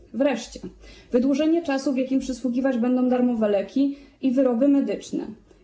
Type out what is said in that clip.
Chodzi wreszcie o wydłużenie czasu, w jakim przysługiwać będą darmowe leki i wyroby medyczne.